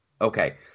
Okay